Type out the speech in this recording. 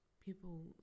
People